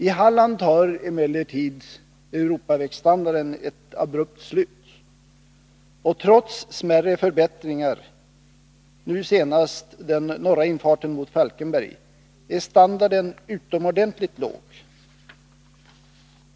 I Halland tar emellertid Europavägsstandarden ett abrupt slut, och trots smärre förbättringar, nu senast den norra infarten mot Falkenberg, är standarden utomordentligt låg.